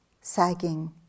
sagging